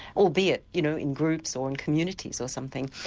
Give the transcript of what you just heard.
albeit you know in groups or and communities or something.